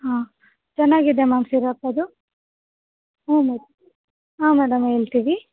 ಹಾಂ ಚೆನ್ನಾಗಿದೆ ಮ್ಯಾಮ್ ಶಿರಾಫ್ ಅದು ಹ್ಞೂ ಹಾಂ ಮೇಡಮ್ ಹೇಳ್ತಿವಿ